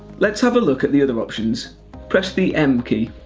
let's have a look at the other options press the m key.